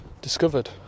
discovered